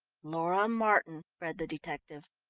laura martin read the detective.